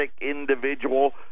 individual